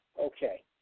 Okay